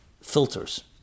filters